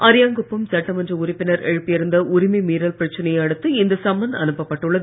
அரியாங்குப்பம் சட்டமன்ற உறுப்பினர் எழுப்பியிருந்த உரிமைமீறல் பிரச்சனையை அடுத்து இந்த சம்மன் அனுப்பப்பட்டுள்ளது